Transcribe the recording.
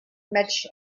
match